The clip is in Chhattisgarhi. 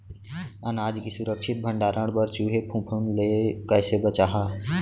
अनाज के सुरक्षित भण्डारण बर चूहे, फफूंद ले कैसे बचाहा?